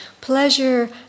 pleasure